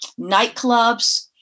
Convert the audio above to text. nightclubs